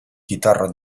chitarra